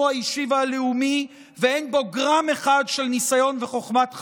האישי והלאומי ואין בו גרם אחד של ניסיון וחוכמת חיים.